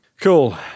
cool